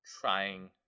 trying